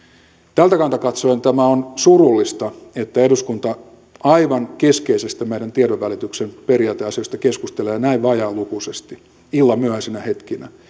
tältä kannalta katsoen tämä on surullista että eduskunta aivan meidän tiedonvälityksen keskeisistä periaateasioista keskustelee näin vajaalukuisesti illan myöhäisinä hetkinä